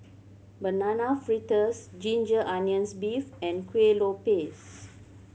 Banana Fritters ginger onions beef and Kuih Lopes